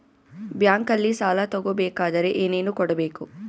ಬ್ಯಾಂಕಲ್ಲಿ ಸಾಲ ತಗೋ ಬೇಕಾದರೆ ಏನೇನು ಕೊಡಬೇಕು?